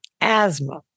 asthma